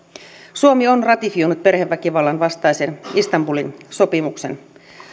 suomi on ratifioinut perheväkivallan vastaisen istanbulin sopimuksen